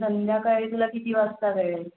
संध्याकाळी तुला किती वाजता वेळ आहे